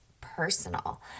personal